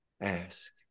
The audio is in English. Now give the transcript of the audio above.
ask